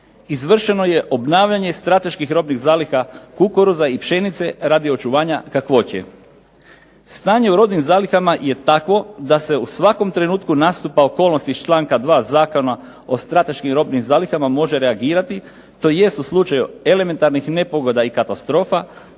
izvršeno je obnavljanje strateških robnih zaliha kukuruza i pšenice radi očuvanja kakvoće. Stanje u robnim zalihama je takvo da se u svakom trenutku nastupa okolnosti iz članka 2. Zakona o strateškim robnim zalihama može reagirati, tj. u slučaju elementarnih nepogoda i katastrofa,